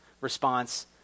response